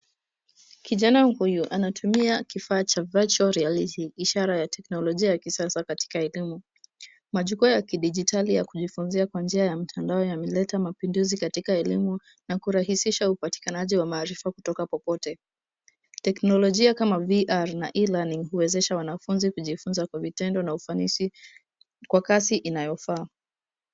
Kijana huyu anatumia kifaa cha virtual reality ishara ya teknolojia ya kisasa katika elimu. Majukwa ya kidijitali ya kujifunzia kwa njia ya mtandao yameleta mapinduzi katika elimu na kurahisisha upatikanaji wa maarifa kutoka popote. Teknolojia kama VR na e-learning huwezesha wanafunzi kujifunza kwa vitendo na ufanisi kwa kasi inayofaa.